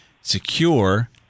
secure